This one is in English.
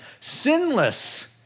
sinless